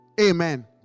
Amen